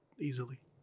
Easily